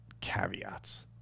caveats